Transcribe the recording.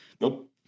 Nope